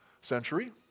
century